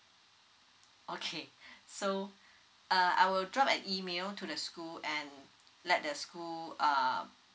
okay so uh I will drop an email to the school and let the school um